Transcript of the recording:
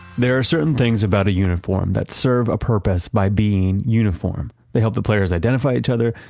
there are certain things about a uniform that serve a purpose by being uniform. they help the players identify each other,